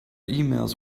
emails